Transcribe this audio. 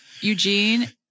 Eugene